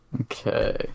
Okay